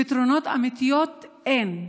פתרונות אמיתיים אין.